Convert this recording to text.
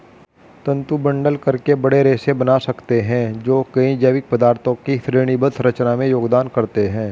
तंतु बंडल करके बड़े रेशे बना सकते हैं जो कई जैविक पदार्थों की श्रेणीबद्ध संरचना में योगदान करते हैं